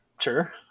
Sure